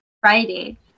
Friday